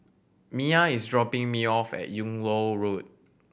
Miah is dropping me off at Yung Loh Road